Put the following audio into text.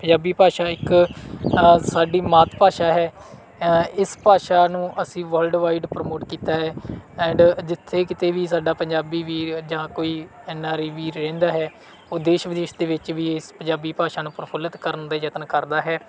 ਪੰਜਾਬੀ ਭਾਸ਼ਾ ਇੱਕ ਸਾਡੀ ਮਾਤ ਭਾਸ਼ਾ ਹੈ ਇਸ ਭਾਸ਼ਾ ਨੂੰ ਅਸੀਂ ਵਰਲਡਵਾਈਡ ਪ੍ਰਮੋਟ ਕੀਤਾ ਹੈ ਐਂਡ ਜਿੱਥੇ ਕਿਤੇ ਵੀ ਸਾਡਾ ਪੰਜਾਬੀ ਵੀਰ ਜਾਂ ਕੋਈ ਐੱਨ ਆਰ ਆਈ ਵੀਰ ਰਹਿੰਦਾ ਹੈ ਉਹ ਦੇਸ਼ ਵਿਦੇਸ਼ ਦੇ ਵਿੱਚ ਵੀ ਇਸ ਪੰਜਾਬੀ ਭਾਸ਼ਾ ਨੂੰ ਪ੍ਰਫੁੱਲਿਤ ਕਰਨ ਦਾ ਯਤਨ ਕਰਦਾ ਹੈ